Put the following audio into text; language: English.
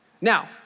Now